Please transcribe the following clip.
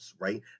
right